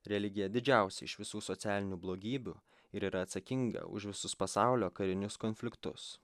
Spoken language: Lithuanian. religija didžiausia iš visų socialinių blogybių ir yra atsakinga už visus pasaulio karinius konfliktus